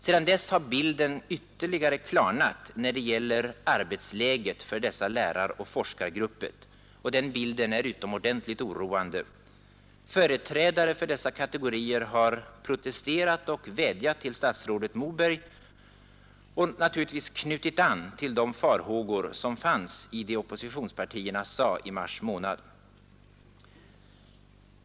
Sedan dess har bilden ytterligare klarnat när det gäller arbetsläget för dessa läraroch forskargrupper, och den bilden är utomordentligt oroande. Företrädare för dessa kategorier har protesterat och vädjat till statsrådet Moberg och naturligtvis knutit an till de farhågor som fanns i det oppositionspartierna sade i mars månad.